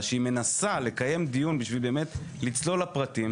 שהיא מנסה לקיים דיון בשביל באמת לצלול לפרטים,